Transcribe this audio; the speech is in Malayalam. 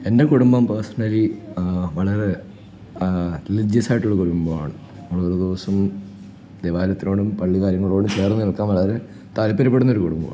എൻ്റെ കുടുംബം പേർസണലി വളരെ റിലീജിയസായിട്ടുള്ള ഒരു കുടുംബമാണ് നമ്മളോരോ ദിവസം ദേവാലയത്തിനോടും പള്ളികാര്യങ്ങളോടും ചേർന്നു നിൽക്കുക വളരെ താല്പര്യപ്പെടുന്നൊരു കുടുംബമാണ്